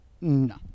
No